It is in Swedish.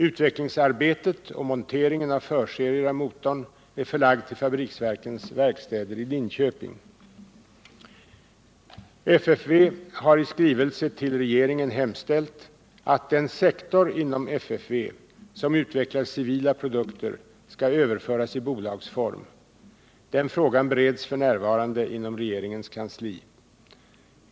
Utvecklingsarbetet och monteringen av förserier av motorn är förlagda till Fabriksverkens verkstäder i Linköping. FFV har i skrivelse till regeringen hemställt att den sektor inom FFV, som utvecklar civila produkter, skall överföras till bolagsform. Frågan bereds f. n. inom regeringens kansli.